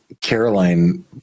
Caroline